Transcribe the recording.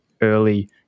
early